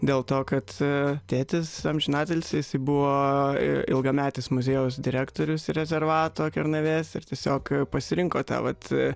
dėl to kad tėtis amžinatilsį jisai buvo ilgametis muziejaus direktorius rezervato kernavės ir tiesiog pasirinko tą vat